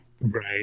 right